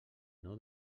nou